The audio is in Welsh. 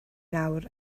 nawr